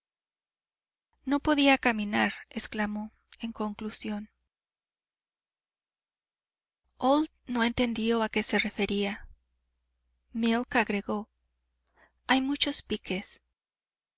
no podía caminar exclamó en conclusión old no entendió a qué se refería milk agregó hay muchos piques